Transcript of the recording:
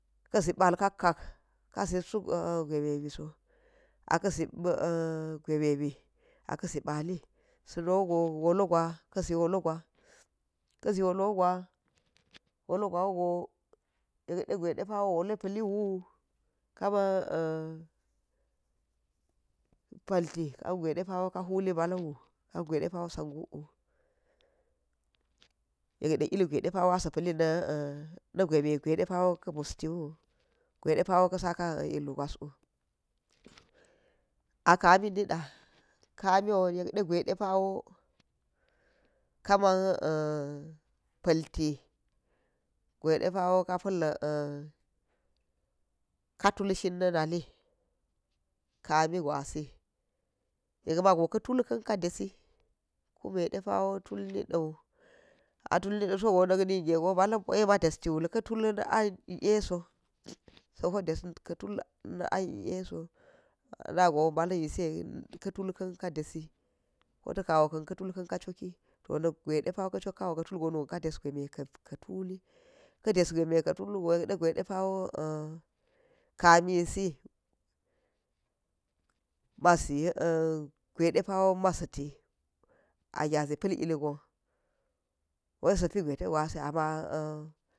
Ka zi iɓal kakkak ka za̱t suk gweme mi so à kzi gwemi a kzi ɓaali snowugo wolloh gwa kzi wolloh wu gwo yek degwe depa we wolloh piliwo ka ma pilti kangwe de pawoo ka huli mbaalin woo kang we depawoo sa gwuk wu, yekde ilgwe depawo a sipili nni gweme gwe depawo ukbushiwo gwede pawo nksaka illu gwaswu. A kami ni ɗa, kamiwo yekde gwe ɗe pawo kaman plti gwe ɗe pawo ka tulshin ni nali kami gwasi yekmago ka̱ tul ka̱n kadeshi kunie de pawo tul ne da̱u a tul ni da̱ sogo niknigegwo mbalin payima destiwul ka̱ tul ka̱n kadeshi kunie de pawo tul ne da̱u a tul ni da̱ sogo ni knigegwo mbalin poyima destiwul ka̱ tul ie so spoo deswul nn’an it so, dago ba̱llin yise ka̱ tul ka̱ ka desi kota̱ kawo ka̱ ka̱ tul ka̱ dese to ngwe depawo ka̱ cola kawo gu ka̱ tul go nu ka̱n a desgweme ka̱ tuli, ka̱ desgweme ka̱ tui, ka̱ tulwu gwo yek degwe de pawo kami si mazi gwedepa̱ wo ma ziti gyazi pil ilgwon wai spi gwete gwasi ama.